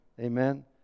Amen